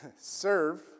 Serve